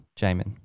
Jamin